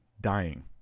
dying